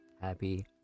Happy